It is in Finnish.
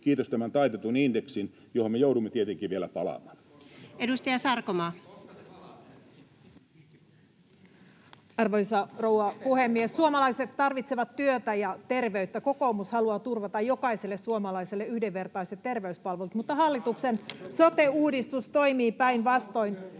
kiitos tämän taitetun indeksin, johon me joudumme tietenkin vielä palaamaan. Mikrofoni päälle, kiitos. Edustaja Sarkomaa. Arvoisa rouva puhemies! Suomalaiset tarvitsevat työtä ja terveyttä. Kokoomus haluaa turvata jokaiselle suomalaiselle yhdenvertaiset terveyspalvelut, mutta hallituksen sote-uudistus [Välihuutoja